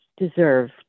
deserve